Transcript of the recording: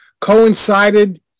coincided